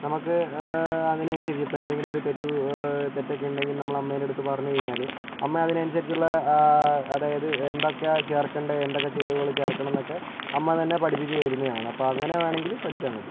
നമക്ക് അതിനനുസരിച്ച് ഇപ്പോൾ എന്തെങ്കിലും ഒരു തെറ്റ് തെറ്റൊക്കെ ഉണ്ടെങ്കിൽ നമ്മള് അമ്മേൻ്റെയടുത്ത് പറഞ്ഞ് കഴിഞ്ഞാൽ അമ്മ അതിനനുസരിച്ചിട്ടുള്ള അതായത് എന്തൊക്കയാ ചേർക്കണ്ടത് എന്തൊക്കെ ചേരുവകള് ചേർക്കണമെന്നൊക്കെ അമ്മ തന്നെ പഠിപ്പിച്ചു തരുന്നതാണ് അപ്പോൾ അങ്ങനെ വേണമെങ്കിലും പഠിച്ചാൽ മതി